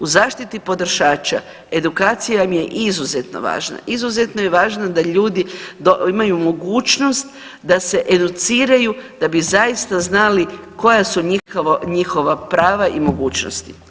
U zaštiti potrošača edukacija vam je izuzetno važna, izuzetno je važna da ljudi imaju mogućnost da se educiraju da bi zaista znali koja su njihova prava i mogućnosti.